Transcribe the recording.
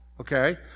okay